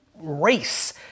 race